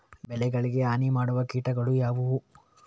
ಬೆಳೆಗಳಿಗೆ ಹಾನಿ ಮಾಡುವ ಕೀಟಗಳು ಯಾವುವು?